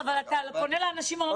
אבל אתה פונה לאנשים הלא נכונים.